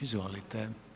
Izvolite.